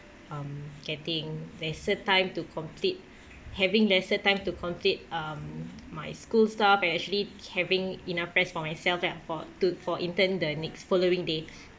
um getting lesser time to complete having lesser time to complete um my school stuff and actually having enough stress for myself lah for to for intern the next following day